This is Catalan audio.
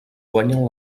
guanyen